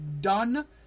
done